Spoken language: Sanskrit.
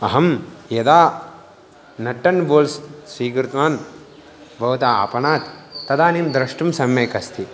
अहं यदा नट् अण्ड् बोल्स् स्वीकृतवान् भवतः आपणात् तदानीं द्रष्टुं सम्यक् अस्ति